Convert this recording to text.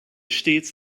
stets